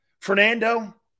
Fernando